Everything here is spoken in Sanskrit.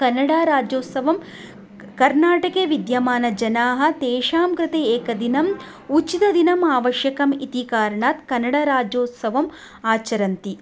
कनडाराज्योत्सवं कर्नाटके विद्यमानाः जनाः तेषां कृते एकदिनम् उचितदिनम् आवश्यकम् इति कारणात् कनडाराज्योत्सवम् आचरन्ति